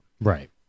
Right